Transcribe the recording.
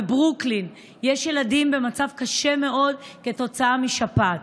בברוקלין יש ילדים במצב קשה מאוד כתוצאה משפעת.